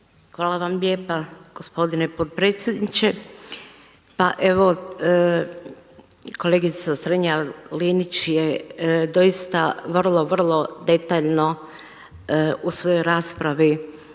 Hvala vam lijepa gospodine potpredsjedniče. Pa evo kolegica Strenja-Linić je doista vrlo, vrlo detaljno u svojoj raspravi